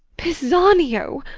pisanio?